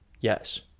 Yes